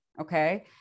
okay